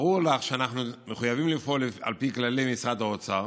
ברור לך שאנחנו מחויבים לפעול על פי כללי משרד האוצר,